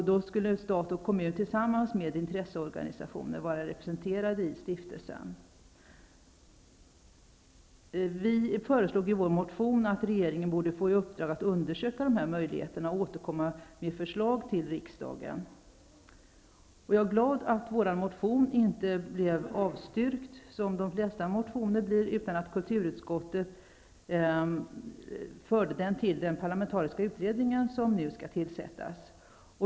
Då skulle stat och kommun tillsammans med intresseorganisationer vara representerade i stiftelsen. Vi säger i vår motion att regeringen borde få i uppdrag att undersöka de här möjligheterna och återkomma med förslag till riksdagen. Jag är glad att vår motion inte blev avstyrkt, som ju de flesta motioner blir. I stället har kulturutskottet hänvisat den till den parlamentariska utredning som skall tillsättas.